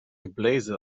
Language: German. gebläse